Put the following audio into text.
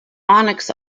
onyx